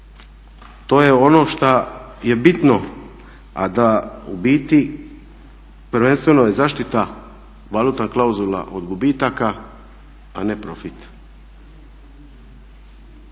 to je ono šta je bitno, a da u biti prvenstveno je zaštita valutna klauzula od gubitaka a ne profit.